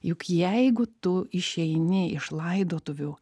juk jeigu tu išeini iš laidotuvių